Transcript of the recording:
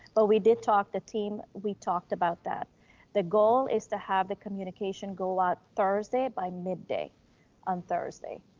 but we did talk the team, we talked about that the goal is to have the communication go out thursday by midday on thursday,